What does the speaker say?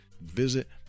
Visit